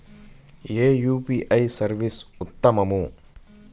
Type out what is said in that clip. ఏ UPI service ఉత్తమము?